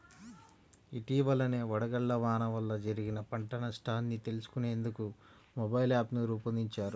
ఇటీవలనే వడగళ్ల వాన వల్ల జరిగిన పంట నష్టాన్ని తెలుసుకునేందుకు మొబైల్ యాప్ను రూపొందించారు